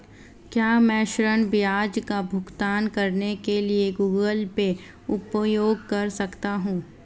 क्या मैं ऋण ब्याज का भुगतान करने के लिए गूगल पे उपयोग कर सकता हूं?